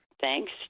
thanks